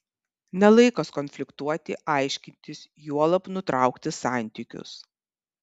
ne laikas konfliktuoti aiškintis juolab nutraukti santykius